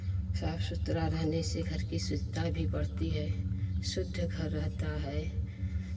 और सुथरा रहने से घर की शुद्धता भी बढ़ती है शुद्ध घर रहता है